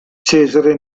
cesare